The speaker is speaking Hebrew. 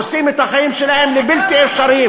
עושים את החיים שלהם לבלתי אפשריים.